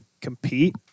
compete